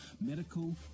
medical